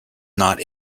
not